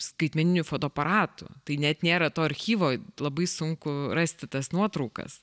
skaitmeninių fotoaparatų tai net nėra to archyvo labai sunku rasti tas nuotraukas